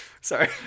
Sorry